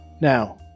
Now